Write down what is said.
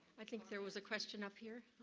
i think there was a question up here.